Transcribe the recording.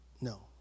No